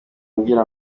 ambwira